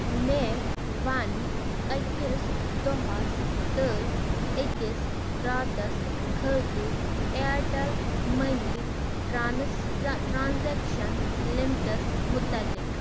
مےٚ وَن أکِس دۄہَس تہٕ أکِس راتَس خٲطِر اِیَرٹیٚل مٔنی ٹرٛانَس ٹرٛانٛزیٚکشن لِمٹَس مُتعلِق